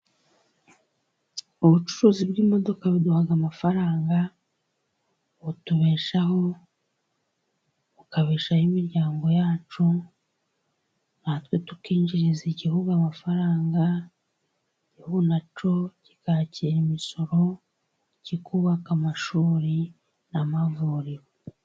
Ubucuruzi bw'imodoka buduha amafaranga butubeshaho, bukabeshaho imiryango yacu, natwe tukinjiriza igihugu amafaranga, igihu nacyo kikakira imisoro kikubaka amashuri n'amavuriro.